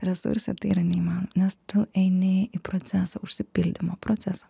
resurse tai yra neįmanoma nes tu eini į procesą užsipildymo procesą